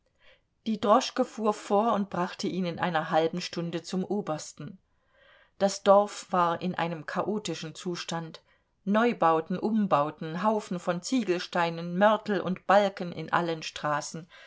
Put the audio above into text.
die droschke fuhr vor und brachte ihn in einer halben stunde zum obersten das dorf war in einem chaotischen zustand neubauten umbauten haufen von ziegelsteinen mörtel und balken in allen straßen